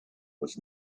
was